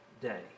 day